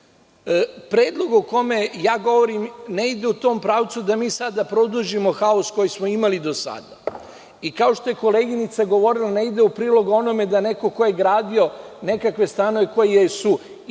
susret. Predlog o kome ja govorim ne ide u tom pravcu da mi sada produžimo haos koji smo imali do sada. Kao što je koleginica govorila, negde u prilog onome, da neko ko je gradio nekakve stanove, koji su isključivo